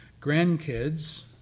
grandkids